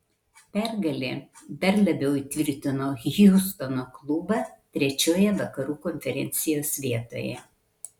pergalė dar labiau įtvirtino hjustono klubą trečioje vakarų konferencijos vietoje